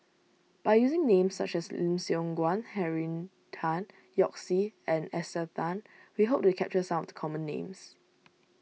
by using names such as Lim Siong Guan Henry Tan Yoke See and Esther Tan we hope to capture some of the common names